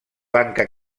banca